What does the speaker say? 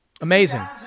Amazing